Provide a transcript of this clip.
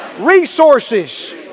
resources